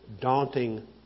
daunting